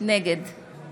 נגד